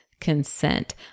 consent